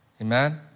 Amen